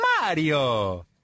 Mario